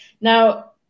Now